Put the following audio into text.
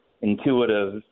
intuitive